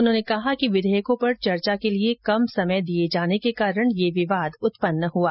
उन्होंने कहा कि विधेयकों पर चर्चा के लिए कम समय दिए जाने के कारण यह विवाद उत्पन्न हआ